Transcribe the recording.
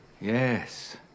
yes